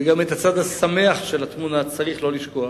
וגם את הצד השמח של התמונה צריך לא לשכוח,